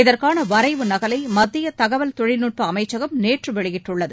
இதற்கான வரைவு நகலை மத்திய தகவல் தொழில்நுட்ப அமைச்சகம் நேற்று வெளியிட்டுள்ளது